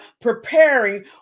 preparing